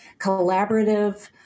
collaborative